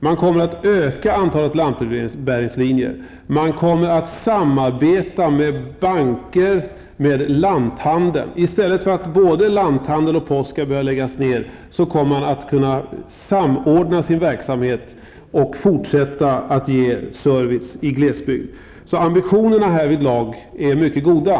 Man kommer att öka antalet lantbrevbäringslinjer, man kommer att samarbeta med banker och med lanthandel. I stället för att både lanthandel och post skall behöva läggas ned kommer man att kunna samordna sin verksamhet och fortsätta att ge service i glesbygd. Ambitionerna härvidlag är alltså mycket goda.